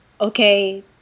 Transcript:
okay